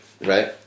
right